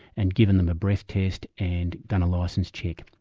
and giving them a breath test and done a licence check.